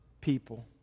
people